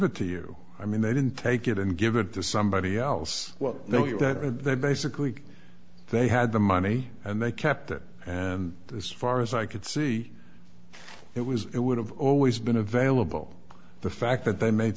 it to you i mean they didn't take it and give it to somebody else well no you that basically they had the money and they kept it and this far as i could see it was it would have always been available the fact that they made